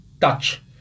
touch